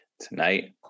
Tonight